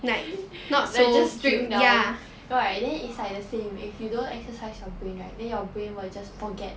like just slim down right then is the same if you don't exercise your brain right then your brain will just forget